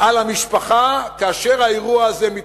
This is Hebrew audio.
על המשפחה כאשר האירוע הזה מתרחש.